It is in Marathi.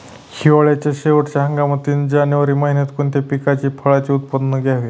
हिवाळ्याच्या शेवटच्या हंगामातील जानेवारी महिन्यात कोणत्या पिकाचे, फळांचे उत्पादन घ्यावे?